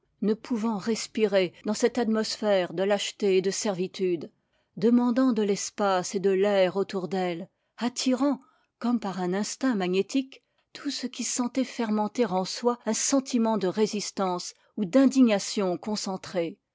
ne pouvant respirer dans cette atmosphère de lâcheté et de servitude demandant de l'espace et de l'air autour d'elle attirant comme par un instinct magnétique tout ce qui sentait fermenter en soi un sentiment de résistance ou d'indignation concentrée